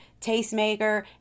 tastemaker